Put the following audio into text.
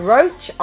Roach